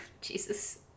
Jesus